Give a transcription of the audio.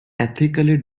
ethnically